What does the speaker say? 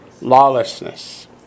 lawlessness